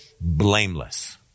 blameless